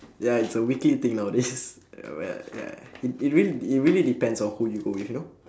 ya it's a weekly thing nowadays oh ya ya it it really it really depends on who you go with you know